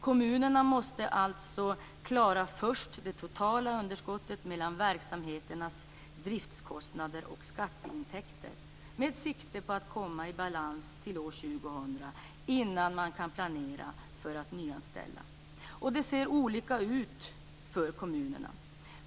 Kommunerna måste alltså klara först det totala underskottet mellan verksamheternas driftskostnader och skatteintäkter med sikte på att komma i balans till år 2000 innan man kan planera för att nyanställa. Det ser olika ut för kommunerna.